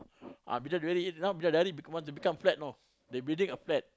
ah Bidadari now Bidadari want to become flat you know they building a flat